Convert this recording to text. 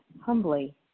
Humbly